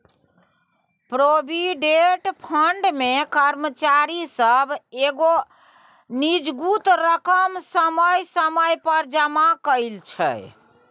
provident fund मे कर्मचारी सब एगो निजगुत रकम समय समय पर जमा करइ छै